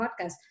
podcast